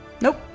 Nope